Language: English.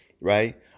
right